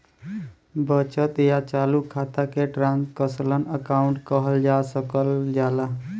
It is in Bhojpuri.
बचत या चालू खाता के ट्रांसक्शनल अकाउंट कहल जा सकल जाला